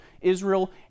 Israel